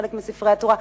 חלק מספרי התורה.